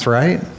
right